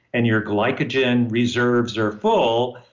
and your glycogen reserves are full,